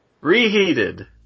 Reheated